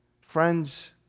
Friends